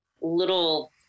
little